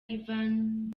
ivan